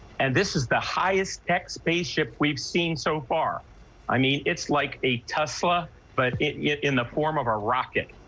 and this is the highest tech space ship we've seen so far i mean it's like a tesla but it in the form of a rocket.